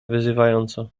wyzywająco